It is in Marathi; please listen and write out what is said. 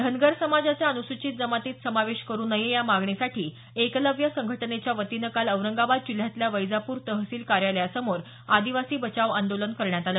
धनगर समाजाचा अनुसूचित जमातीत समावेश करु नये या मागणीसाठी एकलव्य संघटनेच्या वतीनं काल औरंगाबाद जिल्ह्यातल्या वैजापूर तहसील कार्यालयासमोर आदिवासी बचाव आंदोलन करण्यात आलं